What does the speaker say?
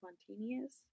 spontaneous